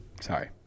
Sorry